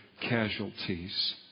casualties